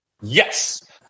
Yes